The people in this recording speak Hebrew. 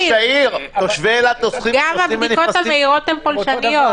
גם הבדיקות המהירות הן פולשניות.